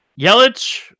Yelich